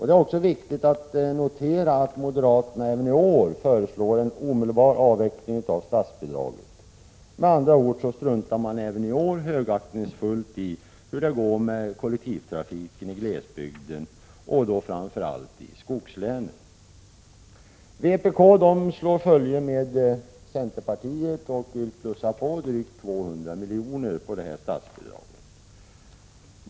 Det är också viktigt att notera att moderaterna även i år föreslår en omedelbar avveckling av statsbidraget. Med andra ord struntar man även i år högaktningsfullt i hur det Vpk slår följe med centerpartiet och vill plussa på drygt 200 milj.kr. på statsbidraget.